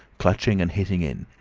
clutching and hitting in.